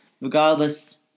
Regardless